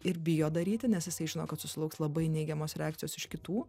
ir bijo daryti nes jisai žino kad susilauks labai neigiamos reakcijos iš kitų